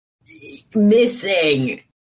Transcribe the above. missing